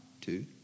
two